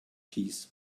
keys